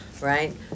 right